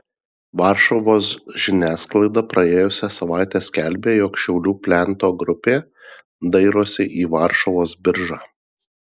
varšuvos žiniasklaida praėjusią savaitę skelbė jog šiaulių plento grupė dairosi į varšuvos biržą